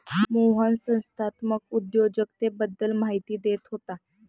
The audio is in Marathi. मोहन संस्थात्मक उद्योजकतेबद्दल माहिती देत होता